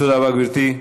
תודה רבה, גברתי.